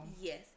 Yes